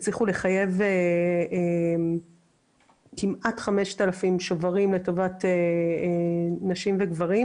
הצליחו לחייב כמעט 5,000 שוברים לטובת נשים וגברים,